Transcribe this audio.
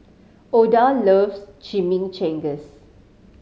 Oda loves Chimichangas